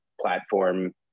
platform